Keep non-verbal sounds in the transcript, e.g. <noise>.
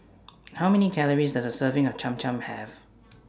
<noise> How Many Calories Does A Serving of Cham Cham Have